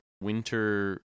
winter